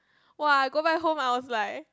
!woah! I go back home I was like